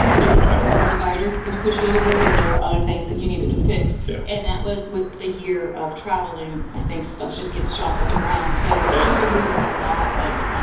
the divider. the divider was pushed over and there were other things that you needed to fix. yeah and that was with a year of traveling. i think stuff just gets jostled around, so we were losing a lot of.